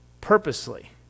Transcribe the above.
purposely